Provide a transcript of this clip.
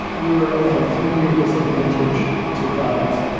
we were at a three year disadvantage to cloudera.